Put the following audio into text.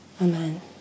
Amen